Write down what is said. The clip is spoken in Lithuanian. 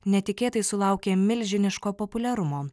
netikėtai sulaukė milžiniško populiarumo